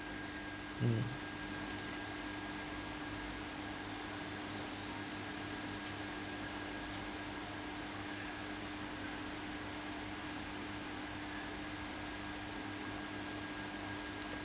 mm